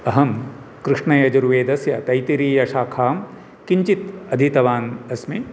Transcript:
अहं कृष्णयजुर्वेदस्य तैत्तिरीयशाखां किञ्चित् अधीतवान् अस्मि